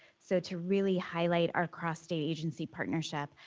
so, to really highlight our cross-state agency partnership,